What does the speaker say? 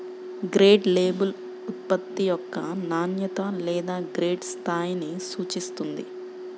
grade label ఉత్పత్తి యొక్క నాణ్యత లేదా గ్రేడ్ స్థాయిని సూచిస్తుంది